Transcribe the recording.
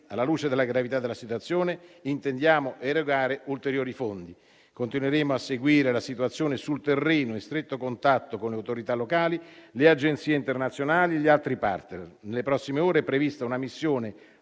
Alla luce della gravità della situazione intendiamo erogare ulteriori fondi. Continueremo a seguire la situazione sul terreno e in stretto contatto con le autorità locali, le agenzie internazionali e gli altri *partner*. Nelle prossime ore è prevista una missione